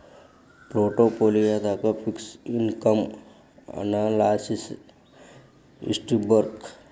ಪೊರ್ಟ್ ಪೋಲಿಯೊದಾಗ fixed income analysis ಯೆಸ್ಟಿರ್ಬಕ್?